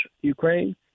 Ukraine